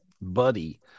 buddy